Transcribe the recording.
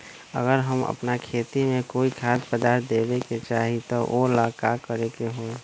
अगर हम अपना खेती में कोइ खाद्य पदार्थ देबे के चाही त वो ला का करे के होई?